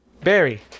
Barry